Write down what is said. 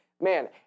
Man